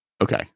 Okay